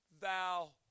thou